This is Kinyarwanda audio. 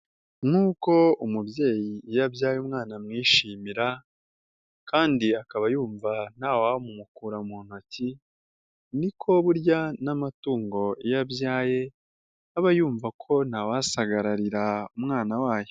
Nk'uko umubyeyi iyo abyaye umwana amwishimira, kandi akaba yumva nta wamukura mu ntoki, ni ko burya n'amatungo iyo abyaye, aba yumva ko ntawasagarira umwana wayo.